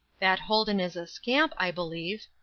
that holden is a scamp, i believe.